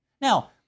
Now